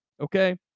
okay